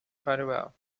farewell